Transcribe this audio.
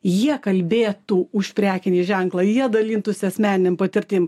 jie kalbėtų už prekinį ženklą jie dalintųsi asmeninėm patirtim